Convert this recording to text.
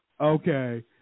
okay